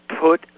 put